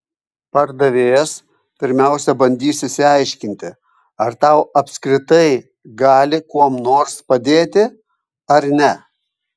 pardavėjas pirmiausiai bandys išsiaiškinti ar tau apskritai gali kuom nors padėti ar ne